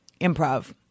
improv